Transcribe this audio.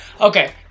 Okay